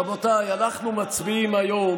רבותיי, אנחנו מצביעים היום